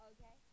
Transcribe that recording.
Okay